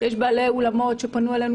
יש בעלי אולמות שפנו אלינו,